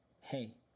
hey